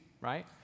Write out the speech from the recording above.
right